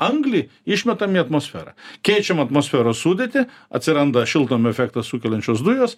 anglį išmetam į atmosferą keičiam atmosferos sudėtį atsiranda šiltnamio efektą sukeliančios dujos